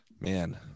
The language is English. Man